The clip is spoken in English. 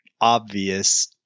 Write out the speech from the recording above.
obvious